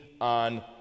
on